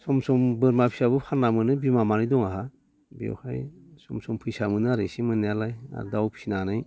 सम सम बोरमा फिसाबो फाननानै मोनो बिमा मानै दं आंहा बेवहाय सम सम फैसा मोनो आरो इसे मोननायालाय आरो दाउ फिसिनानै